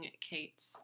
Kate's